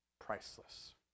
Priceless